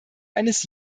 eines